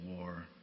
War